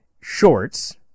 shorts